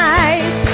eyes